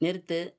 நிறுத்து